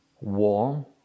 warm